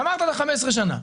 גמרת 15 שנים.